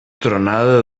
tronada